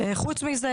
חוץ מזה,